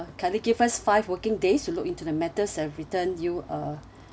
kindly give us five working days to look into the matters and return you a